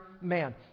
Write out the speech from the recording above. man